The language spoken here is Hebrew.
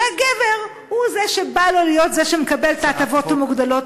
שהגבר הוא זה שבא לו להיות זה שמקבל את ההטבות המוגדלות?